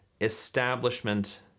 establishment